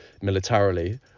militarily